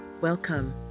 Welcome